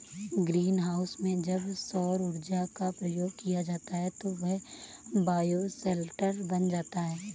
green house में जब सौर ऊर्जा का प्रयोग किया जाता है तो वह बायोशेल्टर बन जाता है